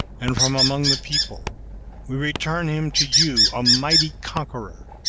and from among the people we return him to you a mighty conqueror.